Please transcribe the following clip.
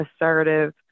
assertive